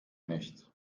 nicht